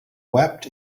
wept